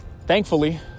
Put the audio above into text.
thankfully